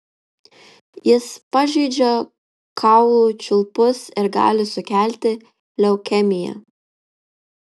jis pažeidžia kaulų čiulpus ir gali sukelti leukemiją